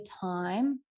time